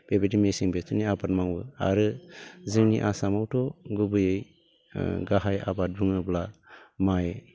बेबायदि मेसें बोथोरनि आबाद मावो आरो जोंनि आसामावथ' गुबैयै ओ गाहाय आबाद बुङोब्ला माइ